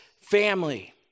family